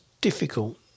difficult